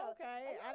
Okay